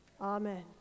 amen